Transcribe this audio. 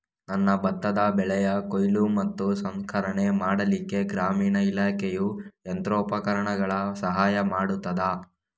ನನ್ನ ಭತ್ತದ ಬೆಳೆಯ ಕೊಯ್ಲು ಮತ್ತು ಸಂಸ್ಕರಣೆ ಮಾಡಲಿಕ್ಕೆ ಗ್ರಾಮೀಣ ಇಲಾಖೆಯು ಯಂತ್ರೋಪಕರಣಗಳ ಸಹಾಯ ಮಾಡುತ್ತದಾ?